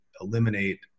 eliminate